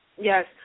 Yes